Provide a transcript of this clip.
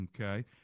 okay